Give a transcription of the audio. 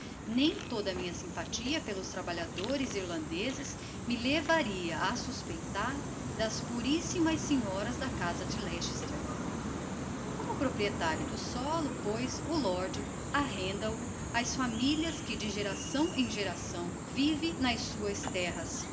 nem toda a minha sympathia pelos trabalhadores irlandezes me levaria a suspeitar das purissimas senhoras da casa de leicester como proprietario do sólo pois o lorde arrenda o ás familias que de geração em geração vivem nas suas terras